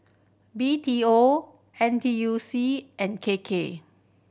B T O N T U C and K K